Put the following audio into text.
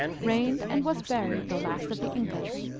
reigned, and was buried, the last of the incas,